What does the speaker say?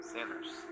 Sinners